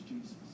Jesus